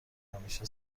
همیشه